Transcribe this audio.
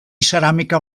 ceràmica